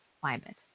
climate